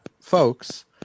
folks